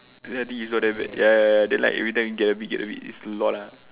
I think you saw that right ya ya ya then like everything you get a bit get a bit then it's a lot ah